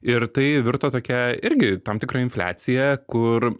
ir tai virto tokia irgi tam tikra infliacija kur